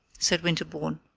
said winterbourne.